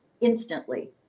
instantly